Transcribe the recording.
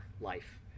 life